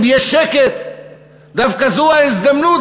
אם יש שקט דווקא זו ההזדמנות,